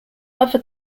other